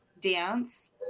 dance